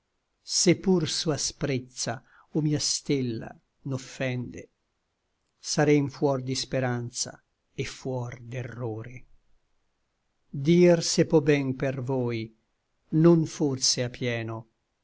se pur sua asprezza o mia stella n'offende sarem fuor di speranza et fuor d'errore dir se pò ben per voi non forse a pieno